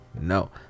No